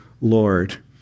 Lord